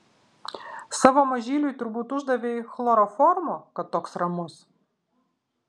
savo mažyliui turbūt uždavei chloroformo kad toks ramus